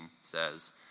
says